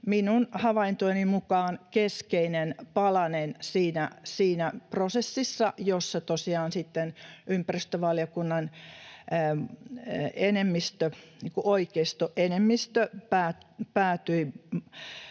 minun havaintojeni mukaan keskeinen palanen siinä prosessissa, jossa tosiaan ympäristövaliokunnan oikeistoenemmistö sitten